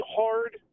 hard